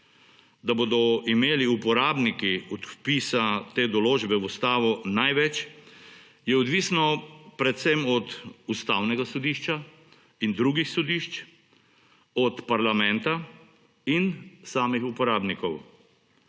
Da bodo imeli uporabniki od vpisa te določbe v ustavo največ, je odvisno predvsem od Ustavnega sodišča in drugih sodišč, od parlamenta in samih uporabnikov.